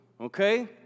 Okay